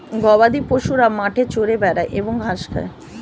গবাদিপশুরা মাঠে চরে বেড়ায় এবং ঘাস খায়